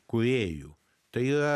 kūrėjų tai